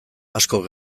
askok